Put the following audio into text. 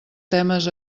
temes